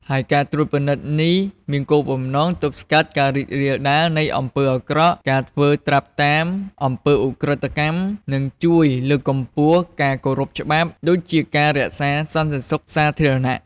ហើយការត្រួតពិនិត្យនេះមានគោលបំណង ទប់ស្កាត់ការរីករាលដាលនៃអំពើអាក្រក់ ការធ្វើត្រាប់តាមអំពើឧក្រិដ្ឋកម្ម និងជួយលើកកម្ពស់ការគោរពច្បាប់ ក៏ដូចជារក្សាសន្តិសុខសាធារណៈ។